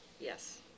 Yes